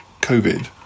COVID